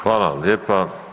Hvala vam lijepa.